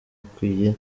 akwiye